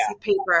paper